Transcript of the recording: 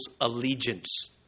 allegiance